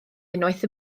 unwaith